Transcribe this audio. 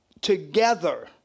together